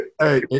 Hey